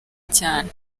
cyane